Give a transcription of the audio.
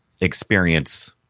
experience